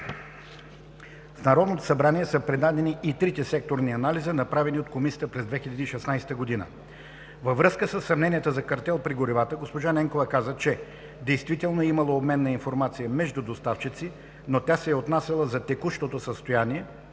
В Народното събрание са предадени и трите секторни анализа, направени от Комисията през 2016 г. Във връзка със съмненията за картел при горивата госпожа Ненкова каза, че действително е имало обмен на информация между доставчици, но тя се е отнасяла за текущото състояние,